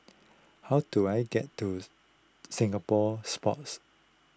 how do I get to Singapore Sports